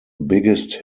biggest